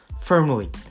firmly